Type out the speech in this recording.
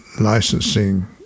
licensing